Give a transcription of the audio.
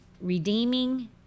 redeeming